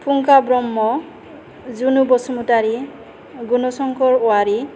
फुंखा ब्रहम जुनु बसुमतारि गुनुसंकर अवारि